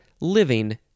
living